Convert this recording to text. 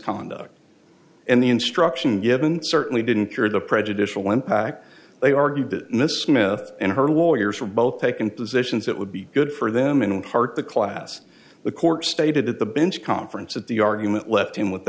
conduct and the instruction given certainly didn't cure the prejudicial impact they argued that miss smith and her lawyers were both taken positions that would be good for them in part the class the court stated at the bench conference at the argument left him with